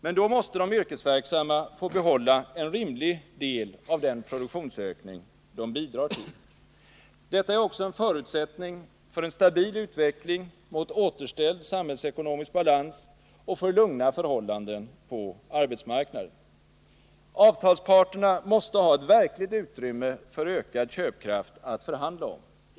Men då måste de yrkesverksamma få behålla en rimlig del av den produktionsökning de bidrar till. Detta är också en förutsättning för en stabil utveckling mot återställd samhällsekonomisk balans och för lugna förhållanden på arbetsmarknaden. Avtalsparterna måste ha ett verkligt utrymme för ökad köpkraft att förhandla om.